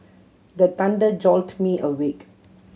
the thunder jolt me awake